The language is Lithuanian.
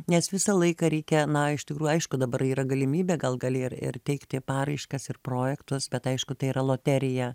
nes visą laiką reikia na iš tikrųjų aišku dabar yra galimybė gal gali ir ir teikti paraiškas ir projektus bet aišku tai yra loterija